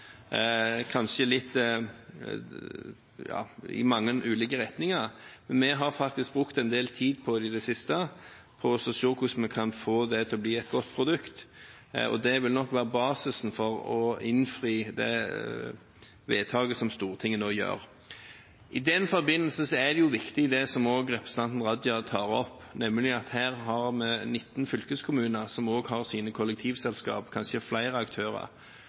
kanskje litt i mange ulike retninger. I det siste har vi faktisk brukt en del tid på å se på hvordan vi kan få det til å bli et godt produkt, og det vil nok være basisen for å innfri det vedtaket som Stortinget nå vil gjøre. I den forbindelse er det viktig, som òg representanten Raja tar opp, at vi har 19 fylkeskommuner som òg har sine kollektivselskap – kanskje flere aktører.